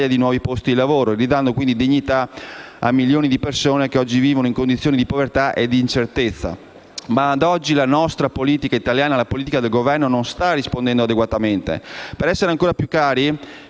di nuovi posti di lavoro, ridando dignità a milioni di persone che oggi vivono in condizioni di povertà e di incertezza. Ma, a oggi, la politica del Governo italiano non sta rispondendo adeguatamente Per essere ancora più chiari,